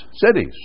cities